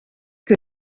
que